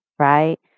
right